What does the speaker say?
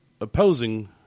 opposing